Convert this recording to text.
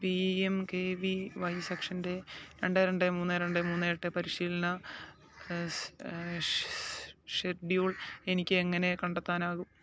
P M K V Y സെക്ഷന്റെ രണ്ട് രണ്ട് മൂന്ന് രണ്ട് മൂന്ന് എട്ട് പരിശീലന സ് ഷെഡ്യൂൾ എനിക്ക് എങ്ങനെ കണ്ടെത്താനാകും